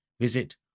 Visit